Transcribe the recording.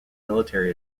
military